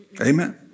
Amen